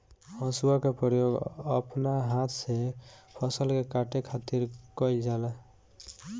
हसुआ के प्रयोग अपना हाथ से फसल के काटे खातिर कईल जाला